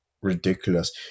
ridiculous